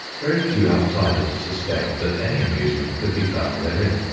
very few outsiders suspect that any amusement could be found therein.